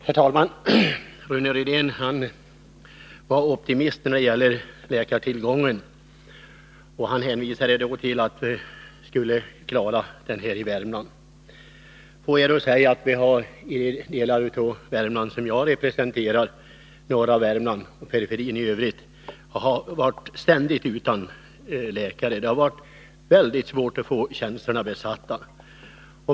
Herr talman! Rune Rydén var optimistisk när det gäller läkartillgången. Han hänvisade till att situationen i Värmland skulle klaras. Får jag då understryka att vi i de delar av Värmland som jag representerar — norra Värmland och periferin i övrigt — ständigt har haft brist på läkare. Det har varit väldigt svårt att besätta tjänsterna.